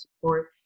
support